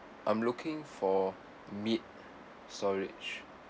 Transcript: I'm looking for mid storage